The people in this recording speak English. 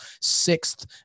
sixth